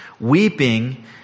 Weeping